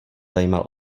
zajímal